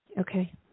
Okay